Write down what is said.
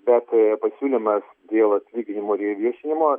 bet a pasiūlymas dėl atlyginimų ir jų viešinimo